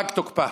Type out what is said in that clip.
פג תוקפו.